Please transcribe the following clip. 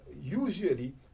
usually